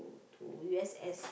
to U S S